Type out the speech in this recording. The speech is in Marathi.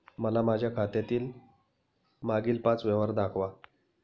मला माझ्या खात्यातील मागील पांच व्यवहार दाखवा